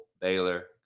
baylor